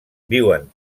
viuen